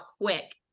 quick